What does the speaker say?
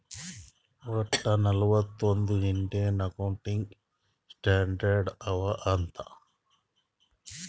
ವಟ್ಟ ನಲ್ವತ್ ಒಂದ್ ಇಂಡಿಯನ್ ಅಕೌಂಟಿಂಗ್ ಸ್ಟ್ಯಾಂಡರ್ಡ್ ಅವಾ ಅಂತ್